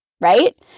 right